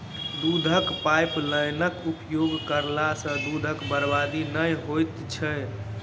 दूधक पाइपलाइनक उपयोग करला सॅ दूधक बर्बादी नै होइत छै